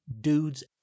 dude's